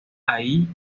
ahí